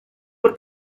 por